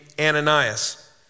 Ananias